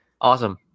awesome